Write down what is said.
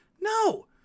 No